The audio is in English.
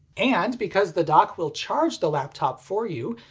and, because the dock will charge the laptop for you,